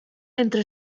entre